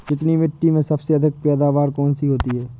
चिकनी मिट्टी में सबसे अच्छी पैदावार कौन सी होती हैं?